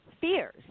fears